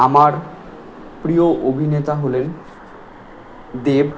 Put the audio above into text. আমার প্রিয় অভিনেতা হলেন দেব